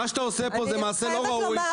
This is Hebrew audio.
מה שאתה עושה פה זה מעשה לא ראוי,